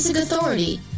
Authority